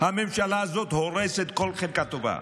הממשלה הזאת הורסת כל חלקה טובה.